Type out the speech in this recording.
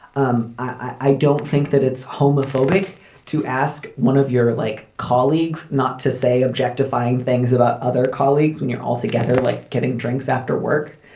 um i don't think that it's homophobic to ask one of your like colleagues not to say objectifying things about other colleagues when you're altogether like getting drinks after work.